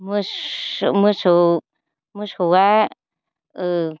मोसौ मोसौआ ओ